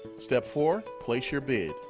step four place your bid.